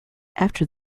after